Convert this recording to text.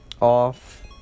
Off